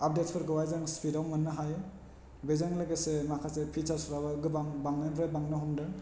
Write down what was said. updates फोरखौहाय जों सिपिदयाव मोननो हायो बेजों लोगोसे माखासे फिचार्चफ्राबो गोबां बांनायनिफ्राय बांनो हमदों